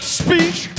speech